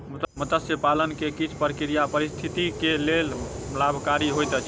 मत्स्य पालन के किछ प्रक्रिया पारिस्थितिकी के लेल लाभकारी होइत अछि